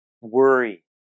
worry